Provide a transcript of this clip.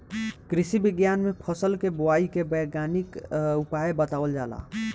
कृषि विज्ञान में फसल के बोआई के वैज्ञानिक उपाय बतावल जाला